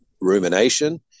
rumination